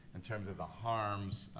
in terms of the harms,